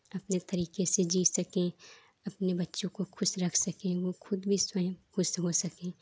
अपने तरीके से जी सके अपने बच्चों को खुश रख सके वो खुद भी स्वयं खुश हो सके